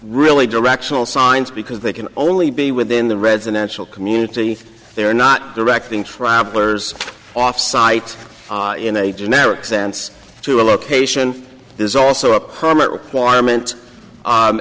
really directional signs because they can only be within the residential community they're not directing travelers offsite in a generic sense to a location there's also a permit requirement